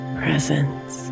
presence